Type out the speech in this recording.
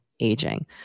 aging